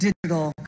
Digital